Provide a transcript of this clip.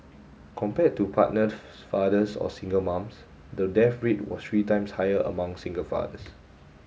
compared to partnered fathers or single moms the death rate was three times higher among single fathers